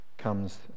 comes